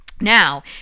Now